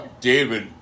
David